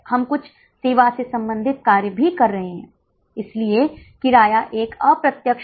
तो इन छात्रों से परिदृश्य 1 2 3 4 में रियायती शुल्क क्या होगा